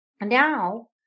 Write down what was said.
Now